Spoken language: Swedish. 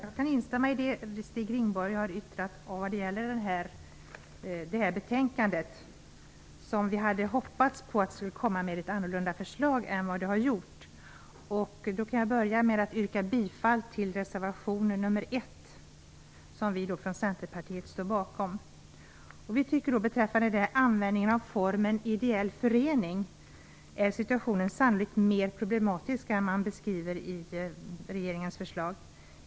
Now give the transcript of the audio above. Herr talman! Jag kan instämma i det Stig Rindborg har yttrat vad gäller betänkandet. Vi hade hoppats att det skulle bli ett annorlunda förslag. Jag kan börja med att yrka bifall till reservation nr 1, som vi från Centerpartiet står bakom. Vi tycker att situationen beträffande användningen av formen ideell förening sannolikt är mer problematisk än vad man beskriver i regeringens förslag.